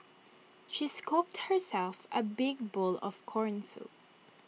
she scooped herself A big bowl of Corn Soup